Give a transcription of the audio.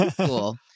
Cool